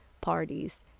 parties